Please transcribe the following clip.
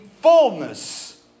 fullness